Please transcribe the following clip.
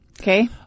Okay